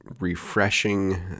refreshing